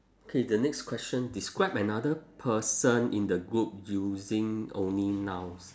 K the next question describe another person in the group using only nouns